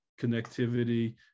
connectivity